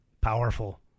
Powerful